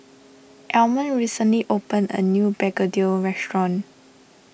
Almond recently open a new Begedil restaurant